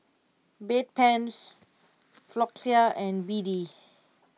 Bedpans Floxia and B D